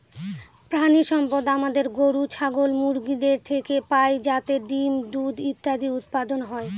প্রানীসম্পদ আমাদের গরু, ছাগল, মুরগিদের থেকে পাই যাতে ডিম, দুধ ইত্যাদি উৎপাদন হয়